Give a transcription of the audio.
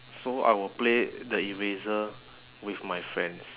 so I will play the eraser with my friends